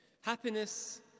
Happiness